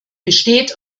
besteht